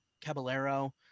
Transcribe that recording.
Caballero